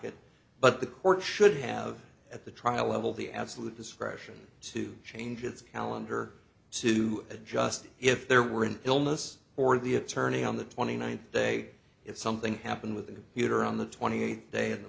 et but the court should have at the trial level the absolute discretion to change its calendar to adjust if there were an illness or the attorney on the twenty ninth day if something happened with the heater on the twenty eighth day of the